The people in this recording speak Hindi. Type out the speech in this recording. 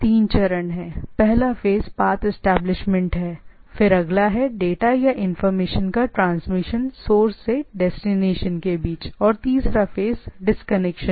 तीन चरण हैं पहला फेस है पाथ एस्टेब्लिशमेंट है फिर अगला है डेटा या इंफॉर्मेशन का ट्रांसमिशन सोर्स से डेस्टिनेशन के बीच और तीसरा फेस है डिस्कनेक्शन